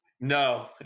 No